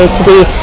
today